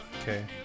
Okay